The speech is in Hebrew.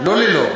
לא "ללא".